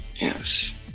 yes